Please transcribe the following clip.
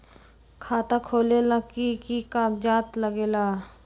खाता खोलेला कि कि कागज़ात लगेला?